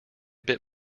bit